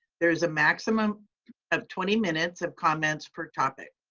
there is a maximum of twenty minutes of comments per topic.